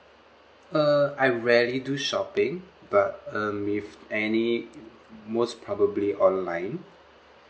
uh I rarely do shopping but um if any most probably online